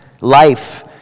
life